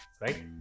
Right